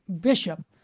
bishop